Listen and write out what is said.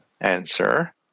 Answer